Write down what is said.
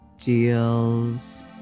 deals